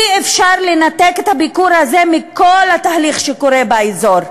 אי-אפשר לנתק את הביקור הזה מכל התהליך שקורה באזור.